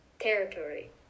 territory